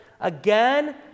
again